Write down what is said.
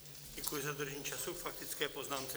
Děkuji za dodržení času k faktické poznámce.